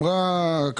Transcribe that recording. הילה,